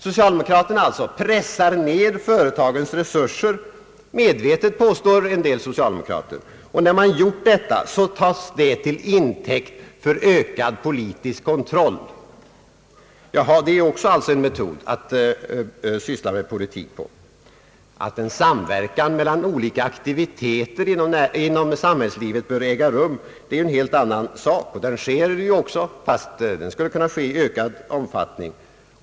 Socialdemokraterna pressar ned företagens resurser — medvetet, påstår en del socialdemokrater — och när detta är gjort tas det till intäkt för ökad politisk kontroll. Det är också en metod att syssla med politik! Att en samverkan av olika aktiviteter inom samhällslivet bör äga rum är en helt annan sak, och detta sker också, fast det skulle kunna ske i ökad omfattning.